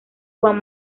juan